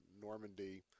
Normandy